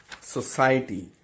society